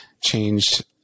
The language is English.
changed